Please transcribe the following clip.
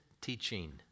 teaching